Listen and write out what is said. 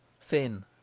thin